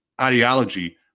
ideology